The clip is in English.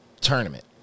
Tournament